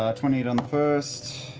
ah twenty eight on the first.